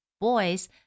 boys –